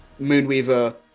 Moonweaver